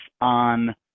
on